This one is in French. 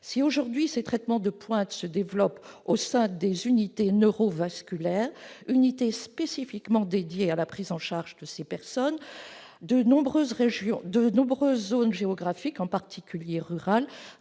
Si aujourd'hui ces traitements de pointe se développent au sein des unités neuro-vasculaires, unités spécifiquement dédiées à la prise en charge des personnes victimes ou suspectées d'AVC, de nombreuses zones géographiques, en particulier rurales,